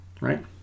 right